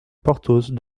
porthos